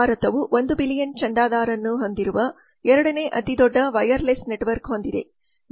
ಭಾರತವು 1 ಬಿಲಿಯನ್ ಚಂದಾದಾರರನ್ನು ಹೊಂದಿರುವ ಎರಡನೇ ಅತಿದೊಡ್ಡ ವೈರ್ಲೆಸ್ ನೆಟ್ವರ್ಕ್ ಹೊಂದಿದೆ